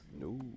No